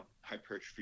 hypertrophy